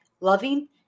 loving